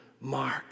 Mark